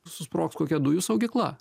susprogs kokia dujų saugykla